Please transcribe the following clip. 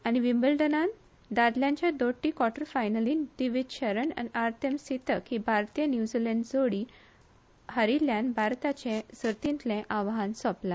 आनी विंम्बल्डनात दादल्यांच्या दोट्टी क्वाटर फायनलीत दिवीज शरण आनी आर्तेम सितक ही भारतीय न्युझीलँड जोडी हारील्ल्यान भारताचे आव्हान सोपला